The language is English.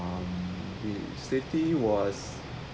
the safety was